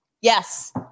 yes